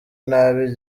nabi